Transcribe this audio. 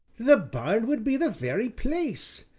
the barn would be the very place,